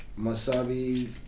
Masabi